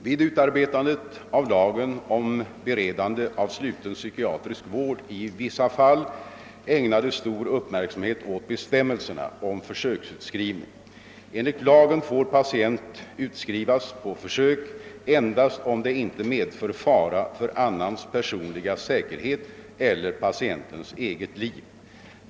Vid utarbetandet av lagen om beredande av sluten psykiatrisk vård i vissa fall ägnades stor uppmärksamhet åt bestämmelserna om försöksutskrivning. Enligt lagen får patient utskrivas på försök endast om det inte medför fara för annans personliga säkerhet eller patientens eget liv.